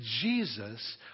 Jesus